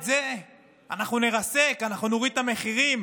את זה אנחנו נרסק, אנחנו נוריד את המחירים,